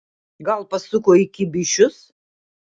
gal pasuko į kibyšius